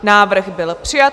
Návrh byl přijat.